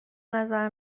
نظر